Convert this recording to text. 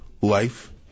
Life